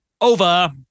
Over